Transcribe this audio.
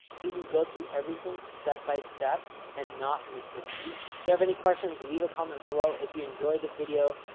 so you can go through everything step by step and not miss a beat. do you have any questions? leave a comment below. if you enjoyed the video,